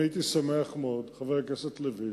הייתי שמח מאוד, חבר הכנסת לוין,